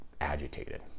agitated